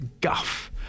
guff